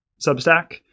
Substack